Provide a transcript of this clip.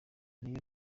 n’iyo